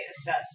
assess